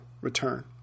return